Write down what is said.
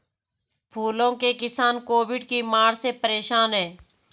फूलों के किसान कोविड की मार से परेशान है